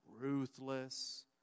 ruthless